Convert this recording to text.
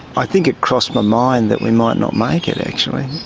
i think it crossed my mind that we might not make it, actually.